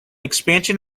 expansion